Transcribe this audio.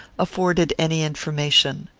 afforded any information.